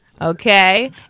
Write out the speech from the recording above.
okay